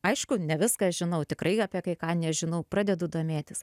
aišku ne viską žinau tikrai apie kai ką nežinau pradedu domėtis